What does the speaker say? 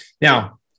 Now